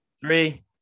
Three